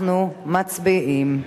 אנחנו מצביעים.